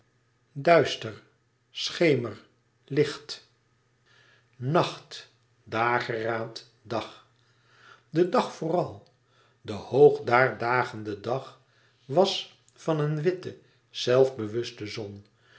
duister schemer licht nacht dageraad dag de dag vooral de hoog daar dagende dag was van een witte zelfbewuste zon